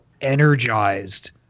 energized